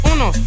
Uno